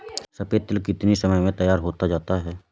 सफेद तिल कितनी समय में तैयार होता जाता है?